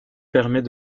permet